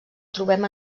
trobem